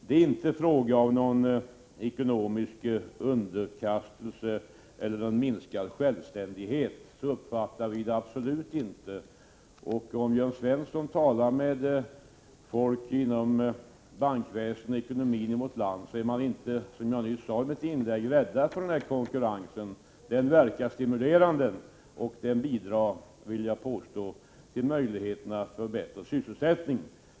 Det är inte fråga om någon ekonomisk underkastelse eller någon minskad självständighet, så uppfattar vi det absolut inte. Om Jörn Svensson talar med folk inom bankväsen och ekonomi i vårt land, finner han att man där inte, som jag nyss sade i mitt inlägg, är rädd för den här konkurrensen. Den verkar stimulerande och den bidrar, vill jag påstå, till möjligheter för bättre sysselsättning.